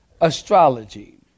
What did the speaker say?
Astrology